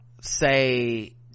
say